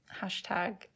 hashtag